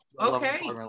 Okay